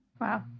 Wow